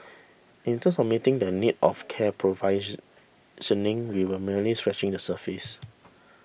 in terms of meeting the needs of care provision we were merely scratching the surface